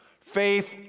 Faith